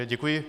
Děkuji.